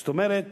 זאת אומרת